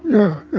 yeah.